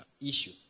issue